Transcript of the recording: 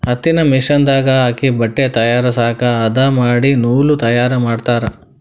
ಹತ್ತಿನ ಮಿಷನ್ ದಾಗ ಹಾಕಿ ಬಟ್ಟೆ ತಯಾರಸಾಕ ಹದಾ ಮಾಡಿ ನೂಲ ತಯಾರ ಮಾಡ್ತಾರ